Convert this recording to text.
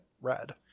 red